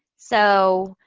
so,